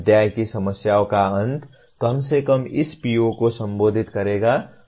अध्याय की समस्याओं का अंत कम से कम इस PO को संबोधित करेगा